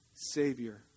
Savior